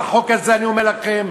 החוק הזה, אני אומר לכם,